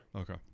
Okay